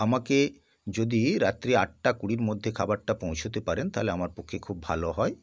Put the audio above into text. আমাকে যদি রাত্রি আটটা কুড়ির মধ্যে খাবারটা পৌঁছতে পারেন তাহলে আমার পক্ষে খুব ভালো হয়